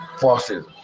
forces